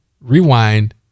Rewind